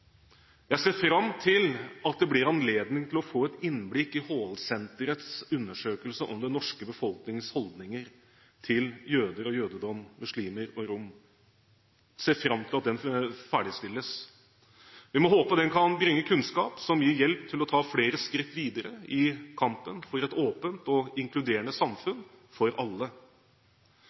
Jeg ser fram til at det blir anledning til å få et innblikk i HL-senterets undersøkelse om den norske befolkningens holdninger til jøder og jødedom, muslimer og rom, ser fram til at den ferdigstilles. Vi må håpe den kan bringe kunnskap som gir hjelp til å ta flere skritt videre i kampen for et åpent og inkluderende samfunn for alle.